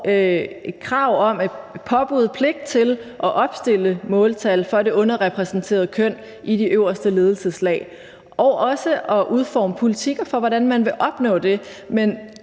et krav om, et påbud om, en pligt til at opstille måltal for det underrepræsenterede køn i de øverste ledelseslag og også at udforme politikker for, hvordan man vil opnå det.